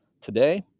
Today